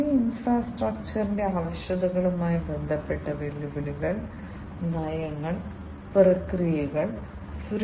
തുടർന്ന് നിങ്ങൾ ഇൻപുട്ട് മൊഡ്യൂളിൽ നിന്നും ഇൻപുട്ട് മൊഡ്യൂളിൽ നിന്നും ഡാറ്റ വായിക്കുകയും ഇൻപുട്ട് സ്റ്റാറ്റസ് പരിശോധിക്കുകയും ചെയ്യുന്നു